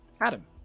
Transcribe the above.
Adam